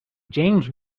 james